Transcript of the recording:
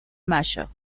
mayo